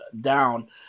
down